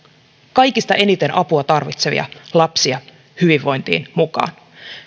kaikista eniten apua tarvitsevia lapsia hyvinvointiin mukaan